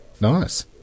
Nice